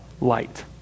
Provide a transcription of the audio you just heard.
light